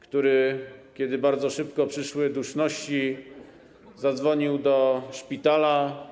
Kiedy bardzo szybko przyszły duszności, zadzwonił do szpitala.